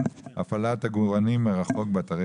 11 בתקנון הכנסת: הפעלת עגורנים מרחוק באתרי